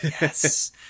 yes